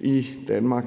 i Danmark.